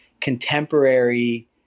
contemporary